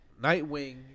Nightwing